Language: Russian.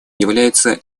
являются